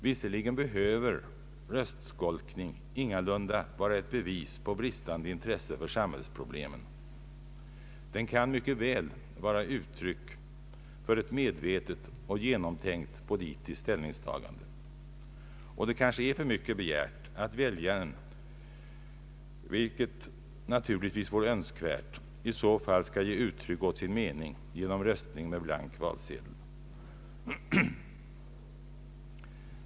Visserligen behöver röstskolkning ingalunda vara ett bevis på bristande intresse för samhällsproblemen utan kan mycket väl vara ut Ttryck för ett medvetet och genomtänkt ipolitiskt ställningstagande. Det är kan ske för mycket begärt att väljaren, även om det naturligtvis vore önskvärt, i så fall ger uttryck för sin mening genom röstning med blank valsedel.